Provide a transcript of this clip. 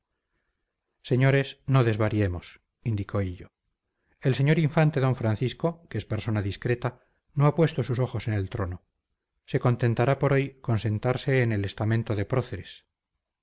señores no desvariemos indicó hillo el señor infante d francisco que es persona discreta no ha puesto sus ojos en el trono se contentará por hoy con sentarse en el estamento de próceres